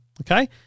okay